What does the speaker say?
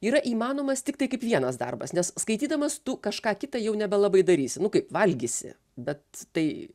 yra įmanomas tiktai kaip vienas darbas nes skaitydamas tu kažką kita jau nebelabai darysi nu kaip valgysi bet tai